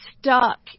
stuck